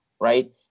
right